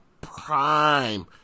prime